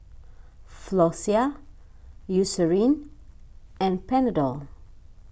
Floxia Eucerin and Panadol